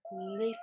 Lift